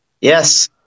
Yes